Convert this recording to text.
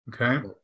Okay